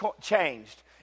changed